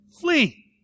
Flee